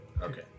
Okay